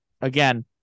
again